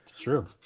true